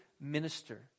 minister